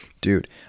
dude